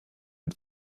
den